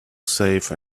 safe